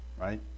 right